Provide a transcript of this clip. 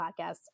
podcast